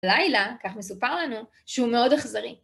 לילה, כך מסופר לנו, שהוא מאוד אכזרי.